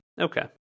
Okay